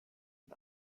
den